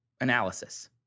analysis